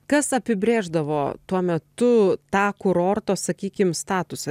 kas apibrėždavo tuo metu tą kurorto sakykim statusą